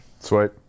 Sweet